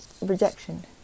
rejection